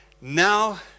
Now